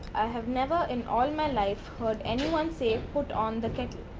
have never in all my life heard anyone say put on the kettle.